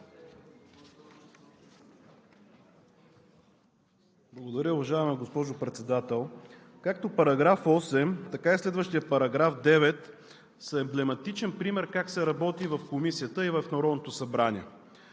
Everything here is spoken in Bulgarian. Благодаря, уважаема госпожо Председател. Както § 8, така и следващият § 9 са емблематичен пример как се работи в Комисията и в Народното събрание.